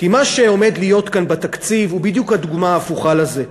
כי מה שעומד להיות כאן בתקציב הוא בדיוק הדוגמה ההפוכה לזה.